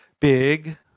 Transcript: big